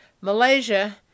Malaysia